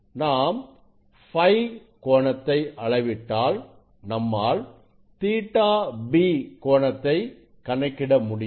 நாம் Φ கோணத்தை அளவிட்டால் நம்மால் ƟB கோணத்தை கணக்கிட முடியும்